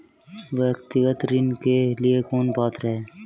व्यक्तिगत ऋण के लिए कौन पात्र है?